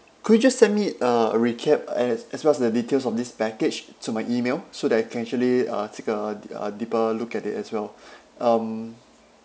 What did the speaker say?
could you just send me uh a recap as as well as the details of this package to my email so that I can actually uh take a a deeper look at it as well um